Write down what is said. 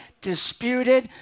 disputed